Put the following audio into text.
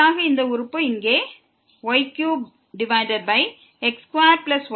சரியாக இந்த உறுப்பு y3x2y232 இங்கே இருக்கிறது